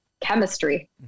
chemistry